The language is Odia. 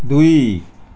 ଦୁଇ